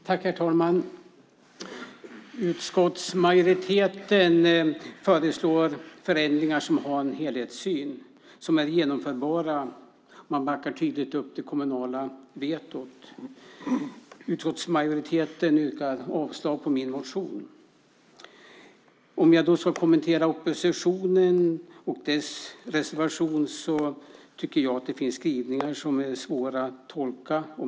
Herr talman! Utskottsmajoriteten föreslår förändringar som är genomförbara. Man har en helhetssyn. Man backar tydligt upp det kommunala vetot. Utskottsmajoriteten avstyrker min motion. Om jag då ska kommentera oppositionen och dess reservation kan jag säga att jag tycker att det finns skrivningar som är svåra att tolka.